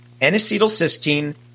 N-acetylcysteine